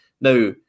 Now